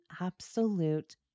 absolute